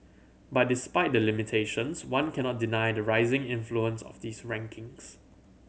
but despite the limitations one cannot deny the rising influence of these rankings